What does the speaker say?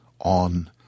on